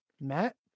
Matt